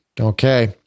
okay